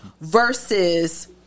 versus